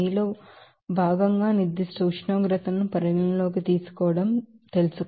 మీలో భాగంగా నిర్దిష్ట ఉష్ణోగ్రతను పరిగణనలోకి తీసుకోవడం మీకు తెలుసు